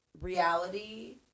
reality